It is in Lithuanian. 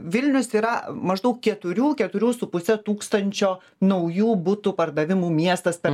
vilnius yra maždaug keturių keturių su puse tūkstančio naujų butų pardavimų miestas per